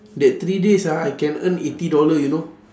that three days ah I can earn eighty dollar you know